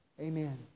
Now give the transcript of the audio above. Amen